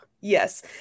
yes